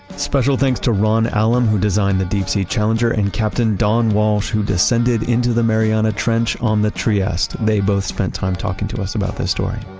special thanks to ron allum, who designed the deepsea challenger and captain don walsh, who descended into the mariana trench on the trieste. they both spent time talking to us about this story.